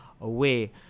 away